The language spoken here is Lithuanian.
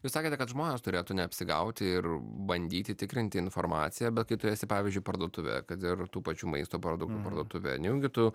jūs sakėte kad žmonės turėtų neapsigauti ir bandyti tikrinti informaciją bet kai tu esi pavyzdžiui parduotuvėje kad ir tų pačių maisto produktų parduotuvėje nejaugi tu